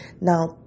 Now